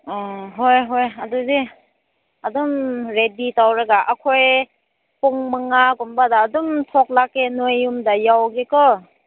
ꯑꯥ ꯍꯣꯏ ꯍꯣꯏ ꯑꯗꯨꯗꯤ ꯑꯗꯨꯝ ꯔꯦꯗꯤ ꯇꯧꯔꯒ ꯑꯩꯈꯣꯏ ꯄꯨꯡ ꯃꯉꯥꯒꯨꯝꯕꯗ ꯑꯗꯨꯝ ꯊꯣꯛꯂꯛꯀꯦ ꯅꯣꯏ ꯌꯨꯝꯗ ꯌꯧꯒꯦ ꯀꯣ